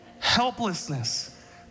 Helplessness